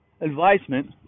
advisement